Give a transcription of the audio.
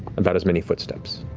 about as many footsteps.